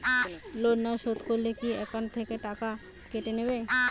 Loan না শোধ করলে কি একাউন্ট থেকে টাকা কেটে নেবে?